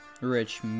rich